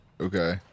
Okay